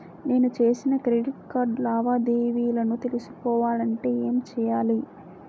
నేను చేసిన credit card లావాదేవీలను తెలుసుకోవాలంటే ఏం చేయాలి?